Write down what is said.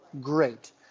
great